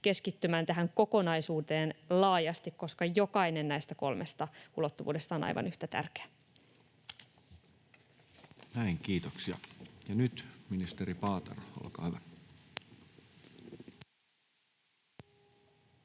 keskittymään tähän kokonaisuuteen laajasti, koska jokainen näistä kolmesta ulottuvuudesta on aivan yhtä tärkeä. [Speech 349] Speaker: Toinen varapuhemies